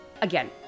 again